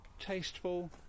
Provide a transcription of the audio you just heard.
tasteful